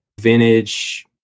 vintage